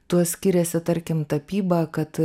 tuo skiriasi tarkim tapyba kad